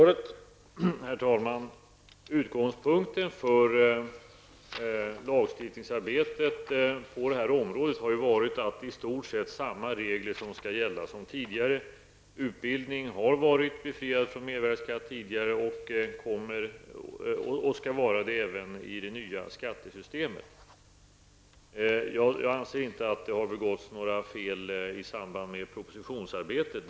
Herr talman! Utgångspunkten för lagstiftningsarbetet på detta område har varit att i stort sett samma regler som tidigare skall gälla. Utbildning har tidigare varit befriat från mervärdeskatt och skall vara detta i även i det nya skattesystemet. Jag anser inte att det begåtts några fel i samband med propositionsarbetet.